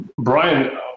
Brian